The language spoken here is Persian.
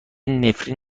نفرین